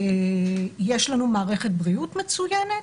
יש לנו מערכת בריאות מצוינת,